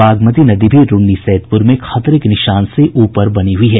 बागमती नदी भी रून्नीसैदपुर में खतरे के निशान से ऊपर बनी हुई है